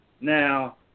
Now